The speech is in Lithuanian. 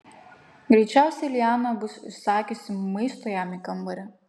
greičiausiai liana bus užsakiusi maisto jam į kambarį